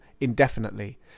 indefinitely